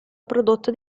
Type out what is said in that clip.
prodotto